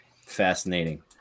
fascinating